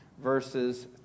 verses